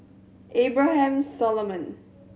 Abraham Solomon